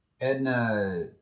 Edna